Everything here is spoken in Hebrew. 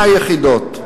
100 יחידות.